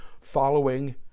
following